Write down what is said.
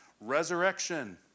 resurrection